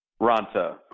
Ranta